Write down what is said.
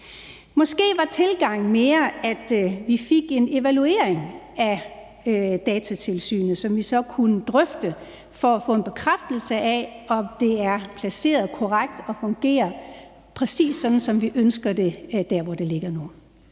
Måske var tilgangen mere, at vi fik en evaluering af Datatilsynet, som vi så kunne drøfte for at få en bekræftelse af, om det er placeret korrekt og fungerer, præcis sådan som vi ønsker det, der, hvor det ligger nu.